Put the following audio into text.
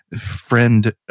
friend